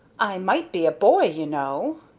i might be a boy, you know.